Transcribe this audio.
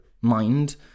mind